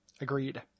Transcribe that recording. Agreed